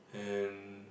and